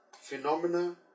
phenomena